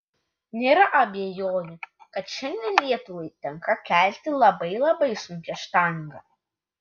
nėra abejonių kad šiandien lietuvai tenka kelti labai labai sunkią štangą